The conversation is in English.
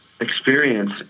experience